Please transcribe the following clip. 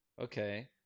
Okay